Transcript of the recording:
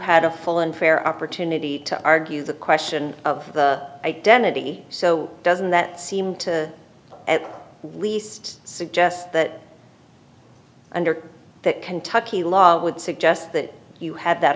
had a full and fair opportunity to argue the question of identity so doesn't that seem to at least suggest that under that kentucky law it would suggest that you had that